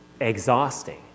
exhausting